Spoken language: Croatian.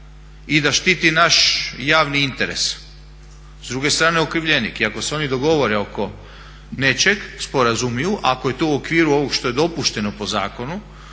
I da štiti naš javni interes. S druge strane je okrivljenik i ako se oni dogovore oko nečeg, sporazumiju, ako je to u okviru ovog što je dopušteno po zakonu